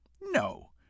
No